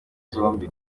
zombi